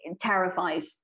terrified